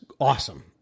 awesome